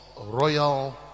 royal